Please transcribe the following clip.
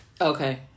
Okay